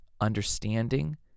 understanding